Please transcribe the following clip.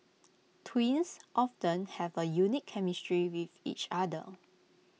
twins often have A unique chemistry with each other